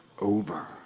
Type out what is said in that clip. over